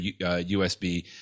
USB